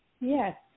Yes